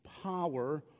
power